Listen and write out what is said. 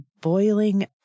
boiling